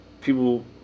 people